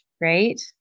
right